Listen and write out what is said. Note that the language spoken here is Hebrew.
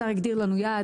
השר הגדיר לנו יעד,